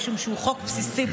משום שהוא חוק בסיסי.